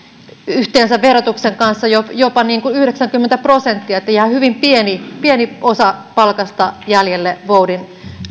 yhteensä verotuksen kanssa jopa yhdeksänkymmentä prosenttia että jää hyvin pieni pieni osa palkasta jäljelle voudin